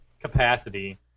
capacity